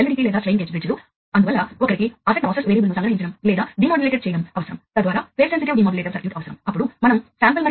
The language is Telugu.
కాబట్టి ఫీల్డ్బస్ 4 20 mA అనలాగ్ టెక్నాలజీని భర్తీ చేస్తుంది